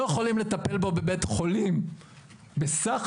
לא יכולים לטפל בו בבית חולים אלא בסך